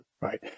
Right